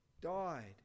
Died